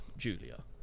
julia